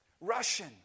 Russian